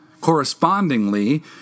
Correspondingly